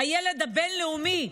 הילד הבין-לאומי,